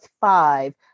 five